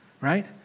right